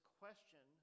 question